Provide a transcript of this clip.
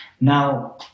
Now